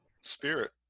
Spirit